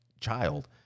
child